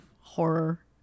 horror